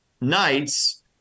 nights